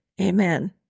Amen